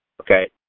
Okay